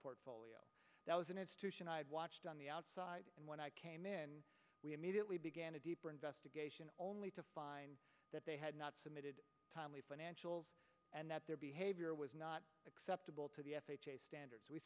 portfolio that was an institution i had watched on the outside and when i came in we immediately began a deeper investigation only to find that they had not submitted timely financials and that their behavior it was not acceptable to the f h a standards we